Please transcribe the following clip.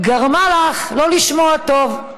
גרמה לך לא לשמוע טוב.